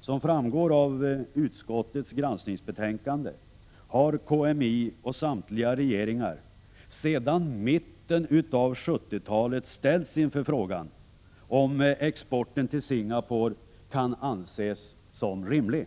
Som framgår av utskottets granskningsbetänkande har KMI och samtliga regeringar sedan mitten av 70-talet ställts inför frågan om exporten till Singapore kan anses som rimlig.